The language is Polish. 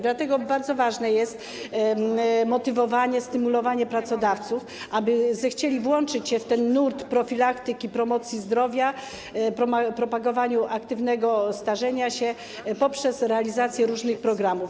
Dlatego bardzo ważne jest motywowanie, stymulowanie pracodawców, aby zechcieli włączyć się w ten nurt profilaktyki, promocji zdrowia, propagowania aktywnego starzenia się poprzez realizację różnych programów.